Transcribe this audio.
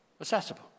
accessible